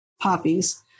poppies